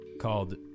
called